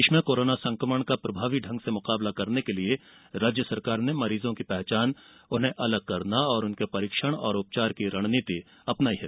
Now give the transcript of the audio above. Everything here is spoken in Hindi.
प्रदेश में कोरोना संक्रमण का प्रभावी ढंग से मुकाबला करने के लिए राज्य सरकार ने मरीजों की पहचान उन्हें अलग करना और उनके परीक्षण और उपचार की रणनीति अपनाई है